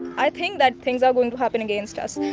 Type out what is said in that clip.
i think that things are going to happen against us.